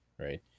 right